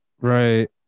right